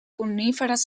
coníferes